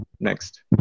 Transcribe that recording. Next